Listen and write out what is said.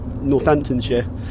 Northamptonshire